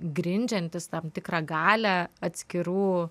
grindžiantis tam tikrą galią atskirų